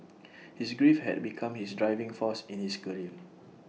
his grief had become his driving force in his career